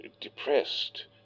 depressed